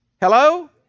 Hello